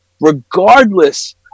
Regardless